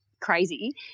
crazy